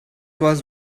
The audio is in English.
was